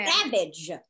savage